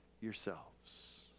yourselves